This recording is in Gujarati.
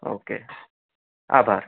ઓકે આભાર